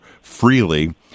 freely